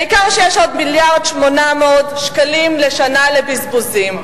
העיקר שיש עוד 1.8 מיליארד שקלים לשנה לבזבוזים.